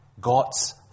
God's